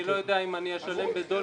אני לא יודע אם אני אשלם בדולר,